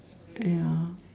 ya